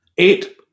Eight